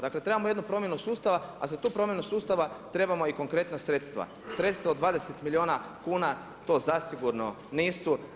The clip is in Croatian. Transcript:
Dakle, trebamo promjenu sustava, a za tu promjenu sustava, trebamo korektna sredstava, sredstava od 20 milijuna kuna to zasigurno nisu.